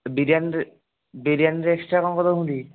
ବିରିୟାନିରେ ବିରିୟାନିରେ ଏକ୍ସଟ୍ରା କ'ଣ କ'ଣ ଦେଉଛନ୍ତି